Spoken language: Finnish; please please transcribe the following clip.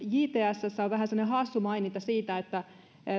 jtsssä on vähän semmoinen hassu maininta siitä että